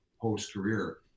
post-career